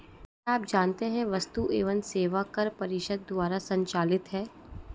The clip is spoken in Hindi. क्या आप जानते है वस्तु एवं सेवा कर परिषद द्वारा संचालित है?